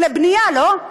לבנייה, לא?